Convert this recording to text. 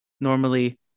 Normally